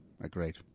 agreed